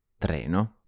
treno